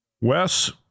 Wes